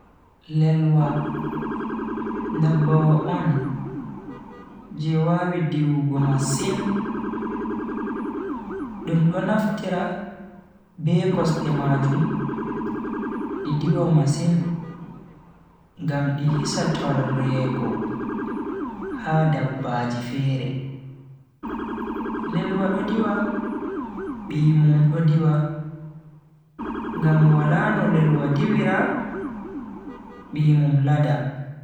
lelwa ndabbawa on je wawi diwugo masin, dum do naftira be kosde majum di diwa masin ngam di hisa torreego ha dabbaji fere. lelwa do diwa bi mum do diwa ngam wala no lelwa diwira bi mum lada.